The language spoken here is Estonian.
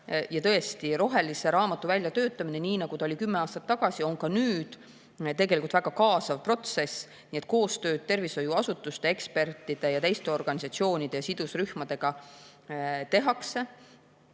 Tõesti, rohelise raamatu väljatöötamine, nii nagu see oli kümme aastat tagasi, on ka nüüd väga kaasav protsess, nii et koostööd tervishoiuasutuste, ekspertide ja teiste organisatsioonide ja sidusrühmadega tehakse.